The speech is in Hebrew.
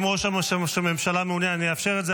--- אם ראש הממשלה מעוניין אני אאפשר את זה,